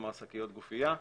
כלומר שקיות גופייה,